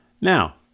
Now